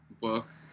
book